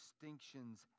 distinctions